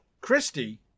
Christy